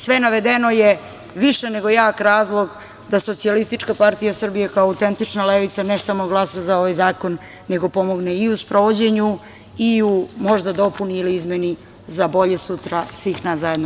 Sve navedeno je više nego jak razlog da SPS, kao autentična levica ne samo glasa za ovaj zakon, nego pomogne i u sprovođenju i u možda dopuni ili izmeni za bolje sutra, svih nas zajedno.